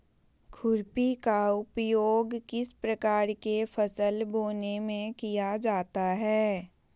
खुरपी का उपयोग किस प्रकार के फसल बोने में किया जाता है?